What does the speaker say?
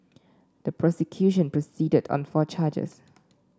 the prosecution proceeded on four charges